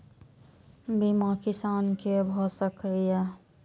बीमा किसान कै भ सके ये?